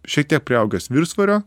šiek tiek priaugęs viršsvorio